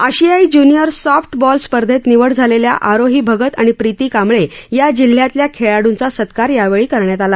आशियाई junior softball स्पर्धेत निवड झालेल्या आरोहीभगतआणिप्रितीकांबळे या जिल्ह्यातल्या खेळाडूंचा सत्कार यावेळी करण्यात आला